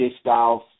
Styles